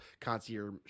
concierge